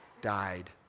died